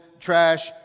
trash